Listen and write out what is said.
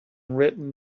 written